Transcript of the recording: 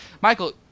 Michael